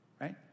right